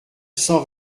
cent